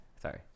Sorry